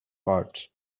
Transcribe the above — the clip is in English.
parts